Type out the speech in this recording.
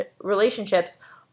relationships